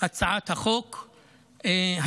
הצעת החוק הזאת.